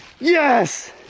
Yes